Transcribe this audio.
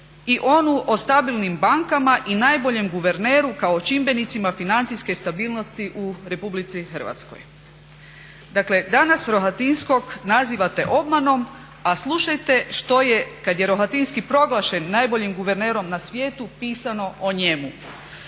i onu o stabilnim bankama i najboljem guverneru kao čimbenicima financijske stabilnosti u RH. Dakle, danas Rohatinskog nazivate obmanom a slušajte što je kad je Rohatinski proglašen najboljim guvernerom na svijetu pisano o njemu.